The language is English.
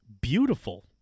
beautiful